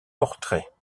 portraits